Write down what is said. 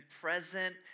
present